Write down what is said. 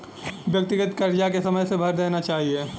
व्यक्तिगत करजा के समय से भर देना चाही